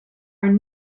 are